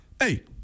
hey